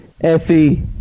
Effie